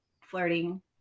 flirting